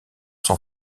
sans